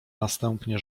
następnie